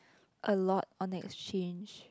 a lot on exchange